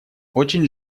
очень